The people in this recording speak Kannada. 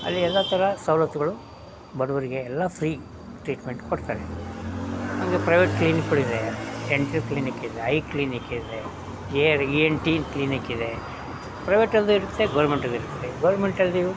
ಅಲ್ಲಿ ಎಲ್ಲ ಥರ ಸವಲತ್ತುಗಳು ಬಡವರಿಗೆ ಎಲ್ಲ ಫ್ರೀ ಟ್ರೀಟ್ಮೆಂಟ್ ಕೊಡ್ತಾರೆ ಹಾಗೆ ಪ್ರೈವೇಟ್ ಕ್ಲಿನಿಕ್ಗಳಿದೆ ಡೆಂಟಲ್ ಕ್ಲಿನಿಕ್ ಇದೆ ಐ ಕ್ಲಿನಿಕ್ ಇದೆ ear E N T clinic ಇದೆ ಪ್ರೈವೇಟಲ್ಲು ಇರುತ್ತೆ ಗೌರ್ಮೆಂಟಲ್ಲು ಇರುತ್ತೆ ಗೌರ್ಮೆಂಟಲ್ಲಿ ನೀವು